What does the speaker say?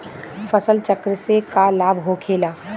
फसल चक्र से का लाभ होखेला?